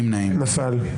נפל.